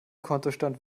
kontostand